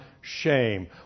shame